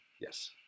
Yes